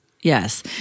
Yes